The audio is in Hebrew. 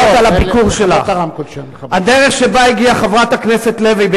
שלוש פסקאות על הביקור שלך: "הדרך שבה הגיעה חברת הכנסת לוי,